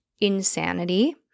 insanity